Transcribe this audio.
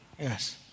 Yes